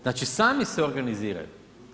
Znači sami se organiziraju.